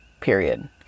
period